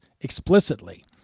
explicitly